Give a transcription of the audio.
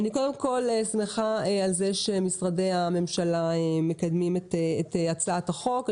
אני שמחה על זה שמשרדי הממשלה מקדמים את הצעת החוק.